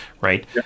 right